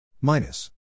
minus